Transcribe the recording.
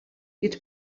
гэж